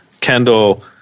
Kendall